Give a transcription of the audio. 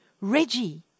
Reggie